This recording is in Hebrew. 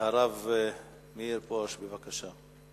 הרב מאיר פרוש, בבקשה.